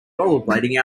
rollerblading